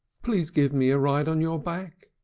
please give me a ride on your back,